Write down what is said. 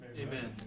Amen